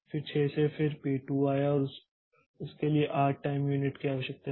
फिर 6 से फिर पी2 आया और इसके लिए 8 टाइम यूनिट की आवश्यकता है